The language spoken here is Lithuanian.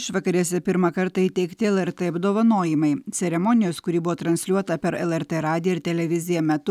išvakarėse pirmą kartą įteikti lrt apdovanojimai ceremonijos kuri buvo transliuota per lrt radiją ir televiziją metu